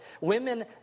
Women